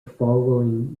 following